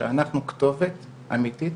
שאנחנו כתובת אמיתית,